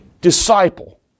disciple